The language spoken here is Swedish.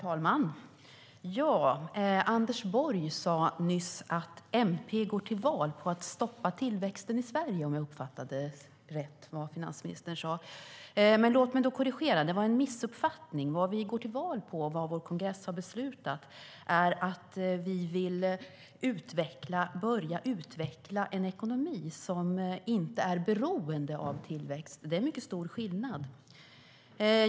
Herr talman! Anders Borg sade nyss att MP går till val på att stoppa tillväxten i Sverige, om jag rätt uppfattade vad finansministern sade. Låt mig korrigera detta; det var en missuppfattning. Vad vi går till val på och vad vår kongress har beslutat är att vi vill börja utveckla en ekonomi som inte är beroende av tillväxt. Det är en mycket stor skillnad.